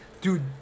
dude